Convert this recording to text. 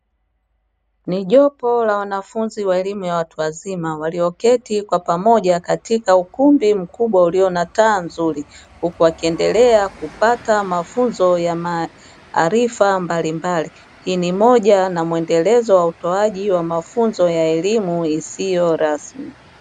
Ni jopo la wanafunzi wa elimu ya watu wazima walioketi kwa pamoja katika ukumbi mkubwa ulio na taa nzuri, huku wakiendelea kupata mafunzo ya maarifa mbalimbali hii ni moja na mwendelezo wa utoaji wa mfunzo ya elimu isiyo rasmi.